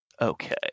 Okay